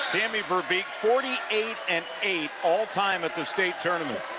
tammi veerbeek forty eight and eight all-time at the state tournament.